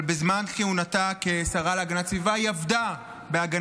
אבל בזמן כהונתה כשרה להגנת הסביבה